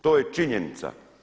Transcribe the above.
To je činjenica.